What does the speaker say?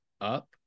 up